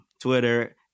Twitter